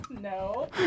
No